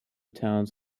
towns